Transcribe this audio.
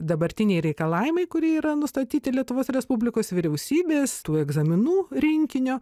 dabartiniai reikalavimai kurie yra nustatyti lietuvos respublikos vyriausybės tų egzaminų rinkinio